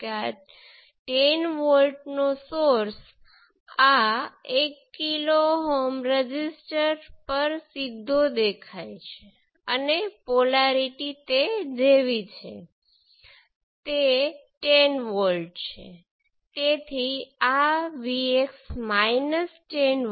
તેથી આ તરફ વોલ્ટેજ ડ્રોપ આ કરંટ × 1 કિલો Ω છે જે I1 × 1 kilo Ω 2 millisiemens × 1 kilo Ωs × V1 છે જે 2 V1 છે